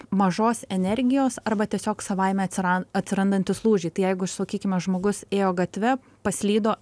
mažos energijos arba tiesiog savaime atsiran atsirandantys lūžiai tai jeigu sakykime žmogus ėjo gatve paslydo